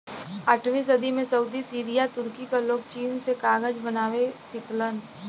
आठवीं सदी में सऊदी सीरिया तुर्की क लोग चीन से कागज बनावे सिखलन